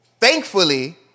Thankfully